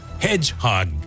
Hedgehog